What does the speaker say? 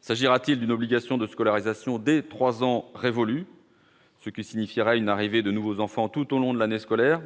S'agira-t-il d'une obligation de scolarisation dès trois ans révolus, ce qui signifierait une arrivée de nouveaux enfants tout au long de l'année scolaire,